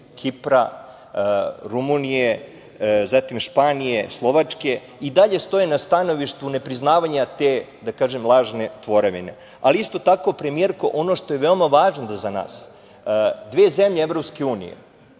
Kipra, Rumunije, Španije, Slovačke, i dalje stoje na stanovištu nepriznavanja te, da kažem, lažne tvorevine. Ali, isto tako, premijerko, ono što je veoma važno za nas, dve zemlje EU,